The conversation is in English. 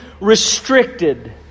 restricted